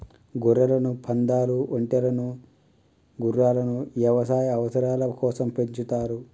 గొర్రెలను, పందాలు, ఒంటెలను గుర్రాలను యవసాయ అవసరాల కోసం పెంచుతారు